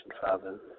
Father